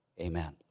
amen